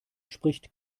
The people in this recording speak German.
spricht